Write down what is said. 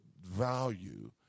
value